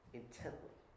intently